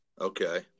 Okay